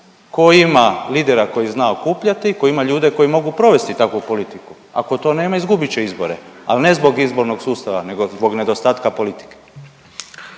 tko ima lidera koji zna okupljati, koji ima ljude koji mogu provesti takvu politiku. Ako to nema izgubit će izbore, ali ne zbog izbornog sustava nego zbog nedostatka politike.